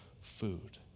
food